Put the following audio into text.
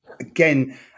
again